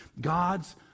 God's